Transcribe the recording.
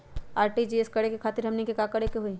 RTGS करे खातीर हमनी के का करे के हो ई?